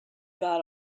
got